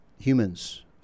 Humans